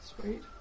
sweet